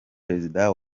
perezida